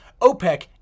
OPEC